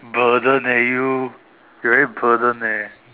burden eh you you really burden eh